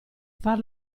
far